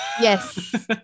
yes